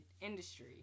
industry